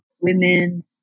women